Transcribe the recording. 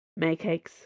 Maycakes